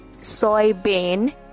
Soybean